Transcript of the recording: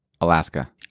Alaska